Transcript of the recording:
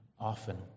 often